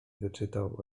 wyczytał